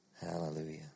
Hallelujah